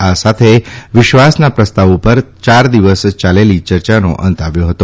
આ સાથે વિશ્વાસના પ્રસ્તાવ ઉપર ચાર દિવસ ચાલેલી ચર્ચાનો અંત આવ્યો હતો